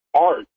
art